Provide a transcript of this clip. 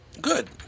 Good